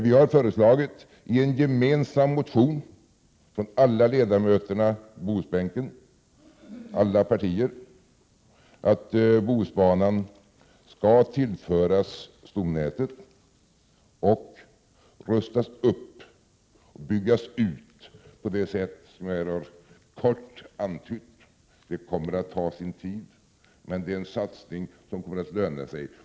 Vi har föreslagit i en gemensam motion från alla ledamöterna från Bohusbänken, representerande alla partier, att Bohusbanan skall tillföras stomnätet och rustas upp och byggas ut på det sätt som jag här kort har antytt. Det kommer att ta sin tid, men det är en satsning som kommer att löna sig.